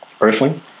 Earthling